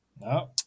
No